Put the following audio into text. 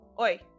oi